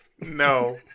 No